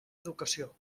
educació